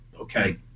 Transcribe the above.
okay